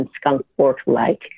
skunk-work-like